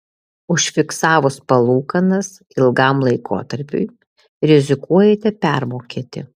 užfiksavus palūkanas ilgam laikotarpiui rizikuojate permokėti